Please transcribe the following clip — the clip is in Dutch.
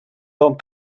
dan